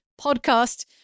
podcast